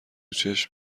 چشم